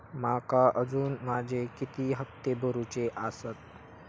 माका अजून माझे किती हप्ते भरूचे आसत?